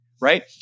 right